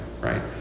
right